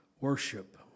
Worship